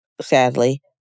sadly